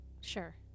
Sure